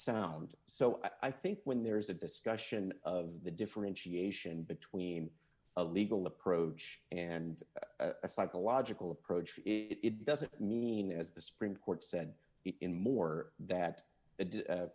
sound so i think when there is a discussion of the differentiation between a legal approach and a psychological approach it doesn't mean as the supreme court said it in more that